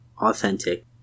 Authentic